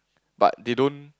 but they don't